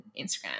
Instagram